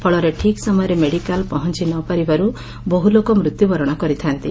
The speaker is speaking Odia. ଫଳରେ ଠିକ୍ ସମୟରେ ମେଡ଼ିକାଲ ପହଞ୍ ନ ପାରିବାରୁ ବହୁ ଲୋକ ମୃତ୍ୟୁବରଣ କରିଥାନ୍ତି